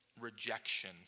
rejection